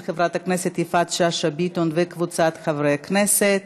של חברת הכנסת יפעת שאשא ביטון וקבוצת חברי הכנסת,